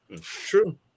True